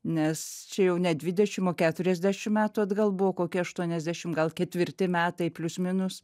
nes čia jau ne dvidešim o keturiasdešim metų atgal buvo kokie aštuoniasdešim gal ketvirti metai plius minus